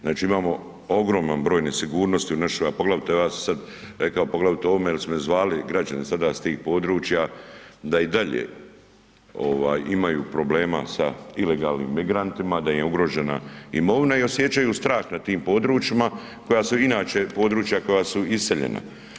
Znači imamo ogroman broj nesigurnosti u našoj, a poglavito vas sad, rekao poglavito o ovome jel su me zvali građani sada s tih područja da i dalje ovaj imaju problema sa ilegalnim migrantima, da im je ugrožena imovina i osjećaju strah na tim područjima koja su inače područja koja su iseljena.